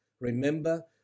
Remember